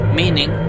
meaning